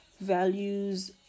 values